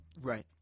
Right